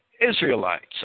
Israelites